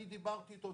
אני דיברתי איתו,